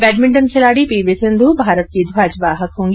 badminton खिलाड़ी P V Sindhu Bharat की ध्वजवाहक होंगी